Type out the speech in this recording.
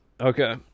Okay